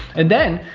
and then,